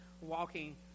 walking